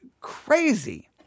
crazy